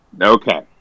okay